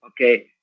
okay